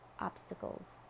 obstacles